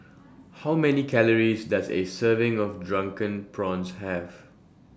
How Many Calories Does A Serving of Drunken Prawns Have